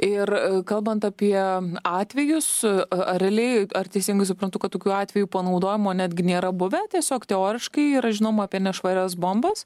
ir kalbant apie atvejus ar realiai ar teisingai suprantu kad tokių atvejų panaudojimo netgi nėra buvę tiesiog teoriškai yra žinoma apie nešvarias bombas